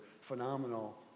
phenomenal